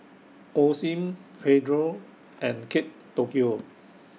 Osim Pedro and Kate Tokyo